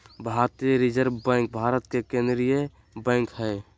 भारतीय reserve bank Bharat के केन्द्रीय बैंक हइ